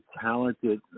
talented